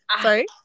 Sorry